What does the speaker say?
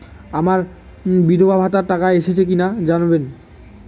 আমার বিধবাভাতার টাকা এসেছে কিনা জানাবেন?